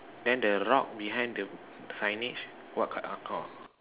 then the rock behind the signage what